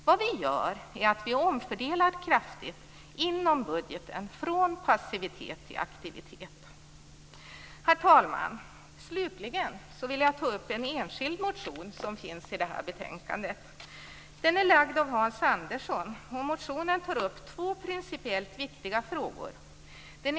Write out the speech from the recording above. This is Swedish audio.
Vad vi alltså gör är att vi kraftigt omfördelar inom budgeten, från passivitet till aktivitet. Herr talman! Slutligen vill jag ta upp en enskild motion som behandlas i detta betänkande. Motionen är väckt av Hans Andersson. I motionen tas två principiellt viktiga frågor upp.